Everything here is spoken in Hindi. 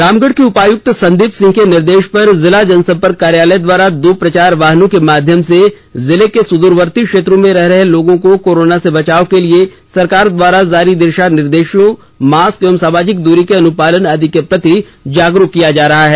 रामगढ़ के उपायुक्त संदीप सिंह के निर्देश पर जिला जनसंपर्क कार्यालय द्वारा दो प्रचार वाहनों के माध्यम से जिले के सुदूरवर्ती क्षेत्रों में रह रहे लोगों को कोरोना से बचाव के लिए सरकार द्वारा जारी दिशा निर्देशों मास्क एवं सामाजिक दूरी के अनुपालन आदि के प्रति जागरूक किया जा रहा है